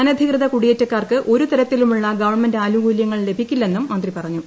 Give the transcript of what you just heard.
അനധികൃത കുടിയേറ്റക്കാർക്ക് ഒരു തരത്തിലുമുള്ള ഗവൺമെന്റ് ആനുകൂല്യങ്ങൾ ലഭിക്കില്ലെന്നും മന്ത്രി പറഞ്ഞു